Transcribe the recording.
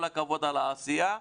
כל הכבוד על העשייה,